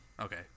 Okay